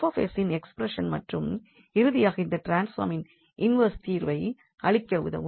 𝐹𝑠இன் expression மற்றும் இறுதியாக இந்த ட்ரான்ஸ்பார்மின் இன்வெர்ஸ் தீர்வை அளிக்க உதவும்